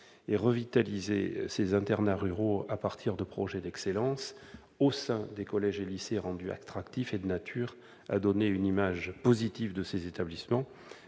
Revitaliser les internats ruraux à partir de projets d'excellence au sein des collèges et lycées rendus attractifs est de nature à donner une image positive de ces établissements,